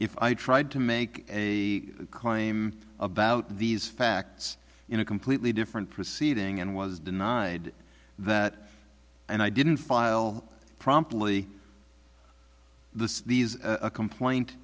if i tried to make a claim about these facts in a completely different proceeding and was denied that and i didn't file promptly the complaint